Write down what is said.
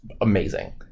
amazing